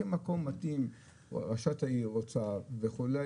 ראש העיר רצתה בזה,